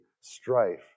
strife